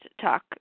talk